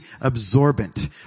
absorbent